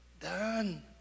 done